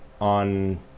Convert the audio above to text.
on